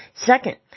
Second